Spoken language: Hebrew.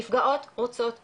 נפגעות רוצות מידע,